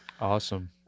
Awesome